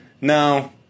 No